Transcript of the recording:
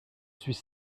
suis